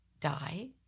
die